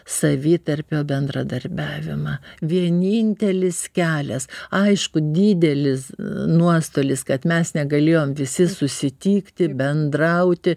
savitarpio bendradarbiavimą vienintelis kelias aišku didelis nuostolis kad mes negalėjom visi susitikti bendrauti